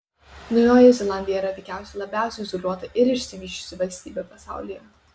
naujoji zelandija yra veikiausiai labiausiai izoliuota ir išsivysčiusi valstybė pasaulyje